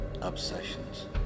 obsessions